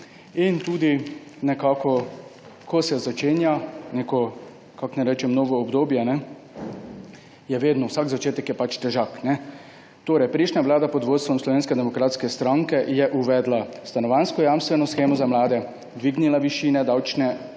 in tudi nekako ko se začenja neko novo obdobje, je vedno vsak začetek je težak. Prejšnja vlada pod vodstvom Slovenske demokratske stranke je uvedla stanovanjsko jamstveno shemo za mlade, dvignila višino davčne